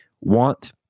want